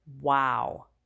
Wow